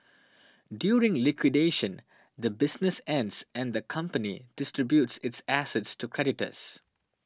during liquidation the business ends and the company distributes its assets to creditors